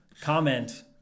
Comment